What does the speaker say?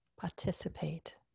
participate